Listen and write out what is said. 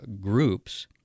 groups